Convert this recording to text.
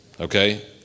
Okay